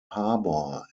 harbour